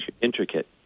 intricate